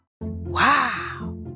Wow